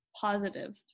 Positive